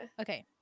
Okay